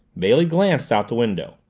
bailey glanced out the window.